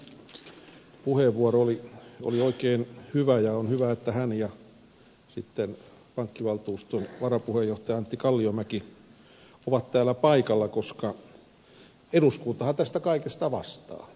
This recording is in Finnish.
ravin puheenvuoro oli oikein hyvä ja on hyvä että hän ja pankkivaltuuston varapuheenjohtaja antti kalliomäki ovat täällä paikalla koska eduskuntahan tästä kaikesta vastaa